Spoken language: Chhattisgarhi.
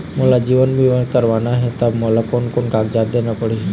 मोला जीवन बीमा करवाना हे ता मोला कोन कोन कागजात देना पड़ही?